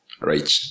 Right